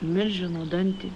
milžino dantį